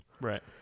Right